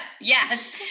Yes